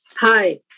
Hi